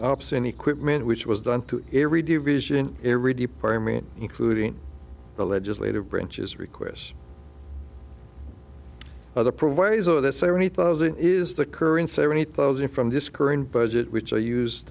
obscene equipment which was done to every division every department including the legislative branches requests other proviso that seventy thousand is the current seventy thousand from this current budget which i used